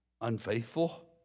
unfaithful